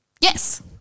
Yes